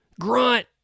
Grunt